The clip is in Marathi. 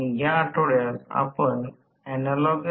तर ते लौकिकदृष्ट्या शक्य नाहे